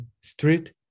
street